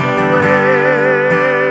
away